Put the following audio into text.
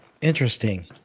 Interesting